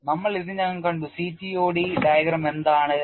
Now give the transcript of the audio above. നമ്മൾ ഇതിനകം കണ്ടു CTOD ഡയഗ്രം എന്താണ് എന്ന്